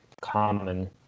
common